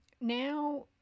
now